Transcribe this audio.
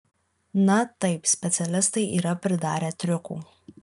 na taip specialistai yra pridarę triukų